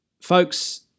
Folks